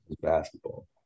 Basketball